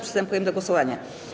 Przystępujemy do głosowania.